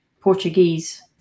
Portuguese